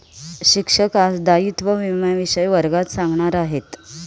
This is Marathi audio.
शिक्षक आज दायित्व विम्याविषयी वर्गात सांगणार आहेत